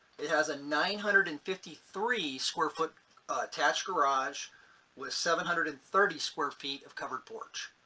it has a nine hundred and fifty three square foot attached garage with seven hundred and thirty square feet of covered porch.